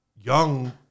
young